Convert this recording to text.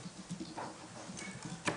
הערות?